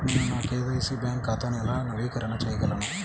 నేను నా KYC bank ఖాతాను ఎలా నవీకరణ చేయగలను?